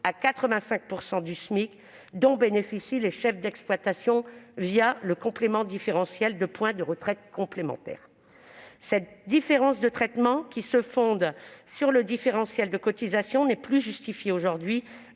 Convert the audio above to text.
à 85 % du SMIC, dont bénéficient les chefs d'exploitation via le complément différentiel de points de retraite complémentaire (CDRCO). Cette différence de traitement, qui se fonde sur le différentiel de cotisations, n'est plus justifiée aujourd'hui,